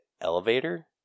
elevator